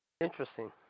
Interesting